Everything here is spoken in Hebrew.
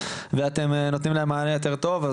ואתם נותנים להן מענה יותר טוב.